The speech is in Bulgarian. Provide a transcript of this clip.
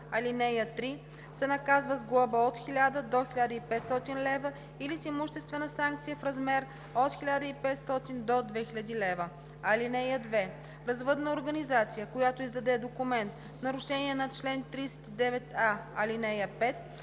ал. 3, се наказва с глоба от 1000 до 1500 лв. или с имуществена санкция в размер от 1500 до 2000 лв. (2) Развъдна организация, която издаде документ в нарушение на чл. 39а, ал. 5,